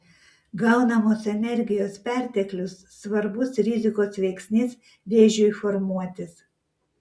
gaunamos energijos perteklius svarbus rizikos veiksnys vėžiui formuotis